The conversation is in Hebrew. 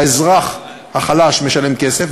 האזרח החלש משלם כסף,